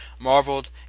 marveled